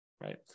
right